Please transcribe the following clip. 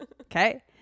Okay